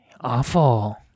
awful